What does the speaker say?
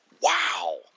Wow